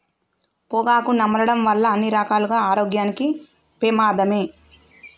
పొగాకు నమలడం వల్ల అన్ని రకాలుగా ఆరోగ్యానికి పెమాదమే